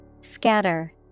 Scatter